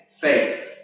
faith